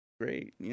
great